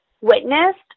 witnessed